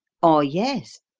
oh, yes,